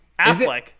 Affleck